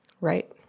right